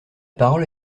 parole